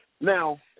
Now –